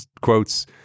quotes